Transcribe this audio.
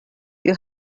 you